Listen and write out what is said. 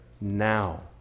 now